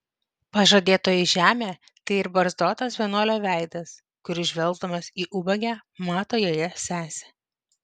pažadėtoji žemė tai ir barzdotas vienuolio veidas kuris žvelgdamas į ubagę mato joje sesę